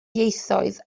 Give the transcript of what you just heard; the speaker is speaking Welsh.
ieithoedd